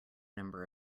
number